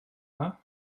dda